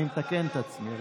אני מתקן את עצמי.